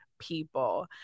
people